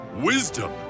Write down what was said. wisdom